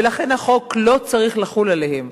ולכן החוק לא צריך לחול עליהם.